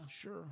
sure